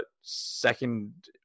second